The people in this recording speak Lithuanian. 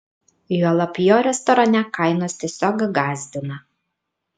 juolab jo restorane kainos tiesiog gąsdina